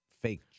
fake